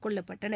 கொல்லப்பட்டனர்